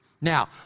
Now